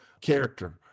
character